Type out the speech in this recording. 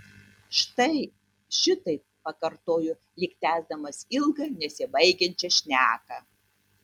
štai šitaip pakartojo lyg tęsdamas ilgą ir nesibaigiančią šneką